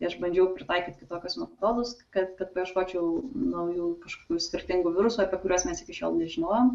aš bandžiau pritaikyt kitokius metodus kad kad ieškočiau naujų kažkokių skirtingų virusų apie kuriuos mes iki šiol nežinojom